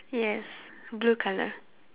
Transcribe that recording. yes blue colour